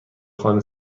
خانه